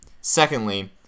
Secondly